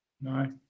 No